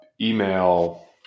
email